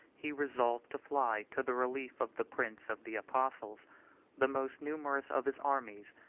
he resolved to fly to the relief of the prince of the apostles the most numerous of his armies,